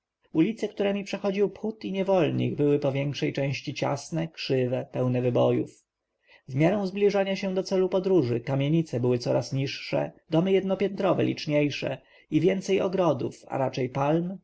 ulice któremi przechodził phut i niewolnik były po większej części ciasne krzywe pełne wybojów w miarę zbliżania się do celu podróży kamienice były coraz niższe domy jednopiętrowe liczniejsze i więcej ogrodów a raczej